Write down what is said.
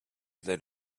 that